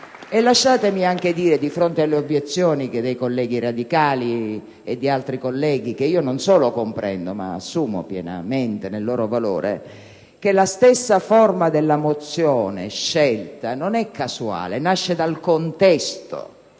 Lasciatemi anche dire, di fronte alle obiezioni dei colleghi radicali e di altri colleghi, che io non solo comprendo ma assumo pienamente nel loro valore, che la stessa forma scelta della mozione non è casuale, ma nasce dal contesto.